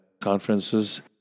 conferences